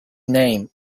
name